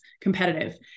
competitive